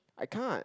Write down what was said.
I can't